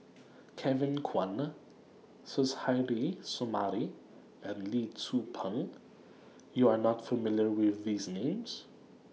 Kevin Kwan Suzairhe Sumari and Lee Tzu Pheng YOU Are not familiar with These Names